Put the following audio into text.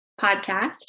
podcast